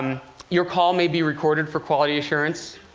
your call may be recorded for quality assurance?